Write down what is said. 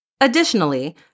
Additionally